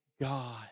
God